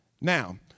Now